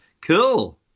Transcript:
Cool